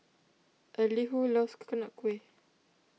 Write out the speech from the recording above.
Elihu loves Coconut Kuih